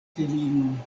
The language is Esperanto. filinon